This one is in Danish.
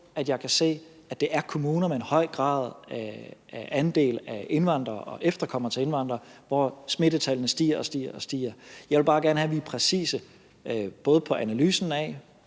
at jeg kan se, at det er kommuner med en høj andel af indvandrere og efterkommere af indvandrere, hvor smittetallene stiger og stiger. Jeg vil bare gerne have, at vi er præcise, både på analysen af,